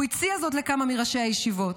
הוא הציע זאת לכמה מראשי הישיבות.